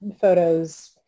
photos